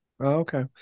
okay